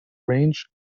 range